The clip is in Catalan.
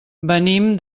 venim